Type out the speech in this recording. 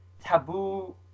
taboo